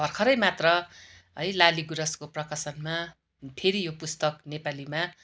भर्खरै मात्र है लालीगुराँसको प्रकाशनमा फेरि यो पुस्तक नेपालीमा